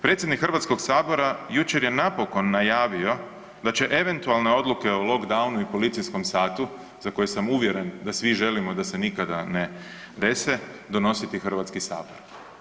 Predsjednik Hrvatskog sabora jučer je napokon najavio da će eventualne odluke o lockdownu i policijskom satu za koji sam uvjeren da svi želimo da se nikada ne dese, donositi Hrvatski sabor.